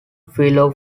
fellow